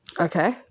Okay